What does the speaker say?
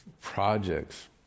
projects